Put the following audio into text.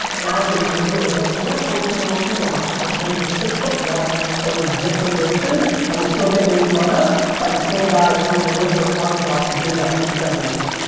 analogy i usually give is like we're a fourteen year old supermodel which means we're six foot one and we have zits and braces and we're still getting made fun of by the same guys who are gonna rip their arms off to date us in seven years.